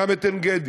גם את עין-גדי.